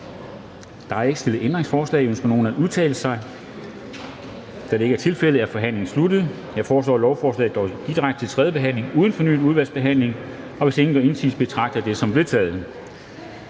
Der er ikke stillet ændringsforslag. Ønsker nogen at udtale sig? Da det ikke er tilfældet, er forhandlingen sluttet. Jeg foreslår, at lovforslaget går direkte til tredje behandling uden fornyet udvalgsbehandling. Hvis ingen gør indsigelse, betragter jeg det som vedtaget.